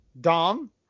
Dom